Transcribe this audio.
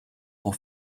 pour